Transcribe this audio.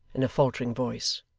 in a faltering voice.